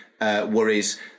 worries